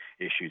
issues